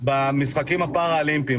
במשחקים הפארא אולימפיים,